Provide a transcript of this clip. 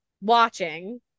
watching